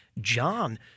john